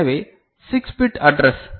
எனவே 6 bit address